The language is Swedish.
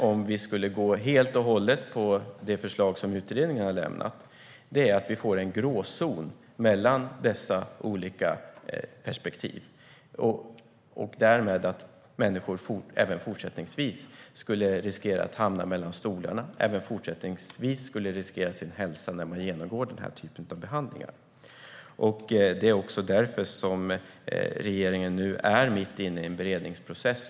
Om vi skulle gå helt och hållet på det förslag utredningen har lämnat vore risken att vi fick en gråzon mellan dessa olika perspektiv och att människor därmed även fortsättningsvis skulle riskera att hamna mellan stolarna och riskera sin hälsa när de genomgår den här typen av behandlingar. Det är därför regeringen nu är mitt inne i en beredningsprocess.